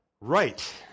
right